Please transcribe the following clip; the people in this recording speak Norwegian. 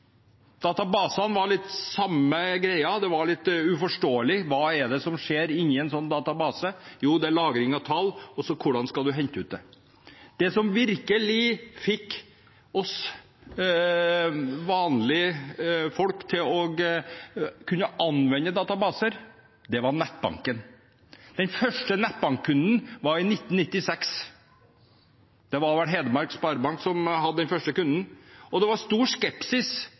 Databasene var litt samme greia, det var litt uforståelig: Hva er det som skjer inne i en sånn database? Jo, det er lagring av tall. Og hvordan skal en hente det ut? Det som virkelig fikk oss vanlige folk til å kunne anvende databaser, var nettbanken. Den første nettbankkunden kom i 1996 – det var vel Sparebanken Hedmark som hadde den første kunden. Det var stor skepsis